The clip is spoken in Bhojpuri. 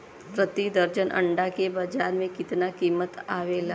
प्रति दर्जन अंडा के बाजार मे कितना कीमत आवेला?